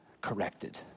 corrected